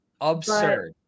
Absurd